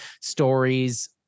stories